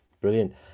Brilliant